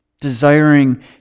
desiring